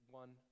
one